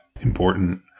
important